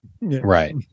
Right